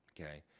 Okay